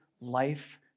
life